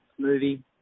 smoothie